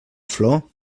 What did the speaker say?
flor